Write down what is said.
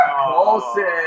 Colson